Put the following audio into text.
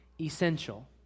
essential